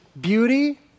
beauty